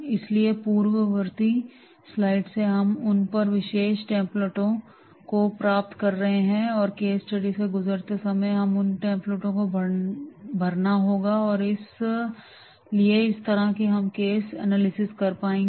इसलिए पूर्ववर्ती स्लाइड्स से हम उन विशेष टेम्प्लेटों को प्राप्त कर रहे हैं और केस स्टडी से गुजरते समय हमें उन टेम्प्लेटों को भरना होगा और इसलिए इस तरह से हम केस एनालिसिस कर पाएंगे